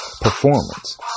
performance